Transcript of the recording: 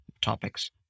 topics